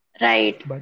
Right